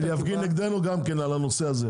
יפגין נגדו גם כן על הנושא הזה.